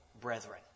brethren